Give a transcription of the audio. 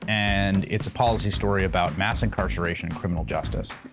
and it's a policy story about mass incarceration and criminal justice.